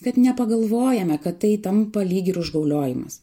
kad nepagalvojame kad tai tampa lyg ir užgauliojimas